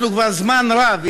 אנחנו כבר זמן רב,